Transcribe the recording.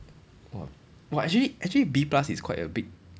!wah! !wah! actually actually B plus is quite a big